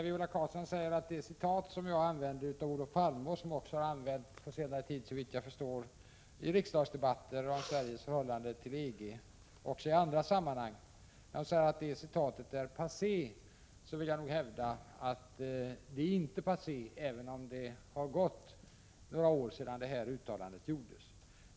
Viola Claesson säger att det uttalande av Olof Palme som jag citerade och som också under senare tid, såvitt jag förstår, citerats i riksdagsdebatter om Sveriges förhållande till EG, och även i andra sammanhang, är passé. Jag vill då hävda att det inte är passé, även om det har gått några år sedan uttalandet — Prot. 1986/87:73 gjordes.